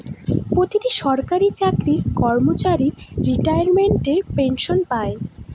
প্রতিটি সরকারি চাকরির কর্মচারী রিটায়ারমেন্ট পেনসন পাই